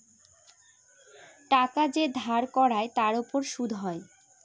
টাকা যে ধার করায় তার উপর সুদ হয়